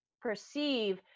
perceive